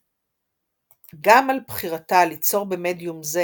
גם על בחירתה ליצור במדיום זה